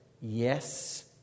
Yes